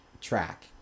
track